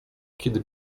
kiedy